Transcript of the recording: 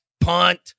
punt